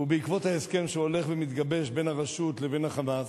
בעקבות ההסכם שהולך ומתגבש בין הרשות לבין ה"חמאס",